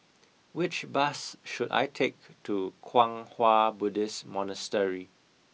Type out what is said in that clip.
which bus should I take to Kwang Hua Buddhist Monastery